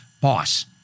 boss